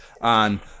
on